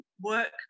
work